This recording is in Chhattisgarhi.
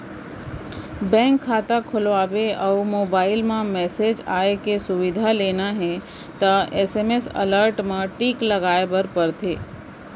बेंक खाता खोलवाबे अउ मोबईल म मेसेज आए के सुबिधा लेना हे त एस.एम.एस अलर्ट नउकरी म टिक लगाए बर परथे